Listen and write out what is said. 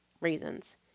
reasons